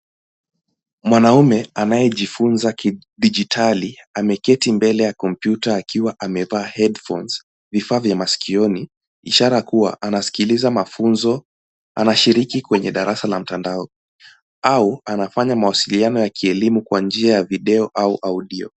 Mwanaume anayejifunza kidijitali, ameketi mbele ya kompyuta akiwa amevaa headphones , vifaa vya masikioni, ishara kuwa anasikiliza mafunzo, anashiriki kwenye darasa la mtandao au anafanya mawasiliano ya kielimu kwa njia ya video au audio .